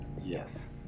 Yes